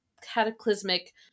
cataclysmic